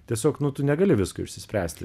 tiesiog nu tu negali visko išsispręsti